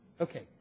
Okay